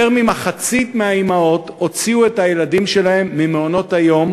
ממחצית מהאימהות הוציאו את הילדים שלהן ממעונות-היום,